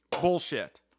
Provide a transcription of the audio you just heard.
Bullshit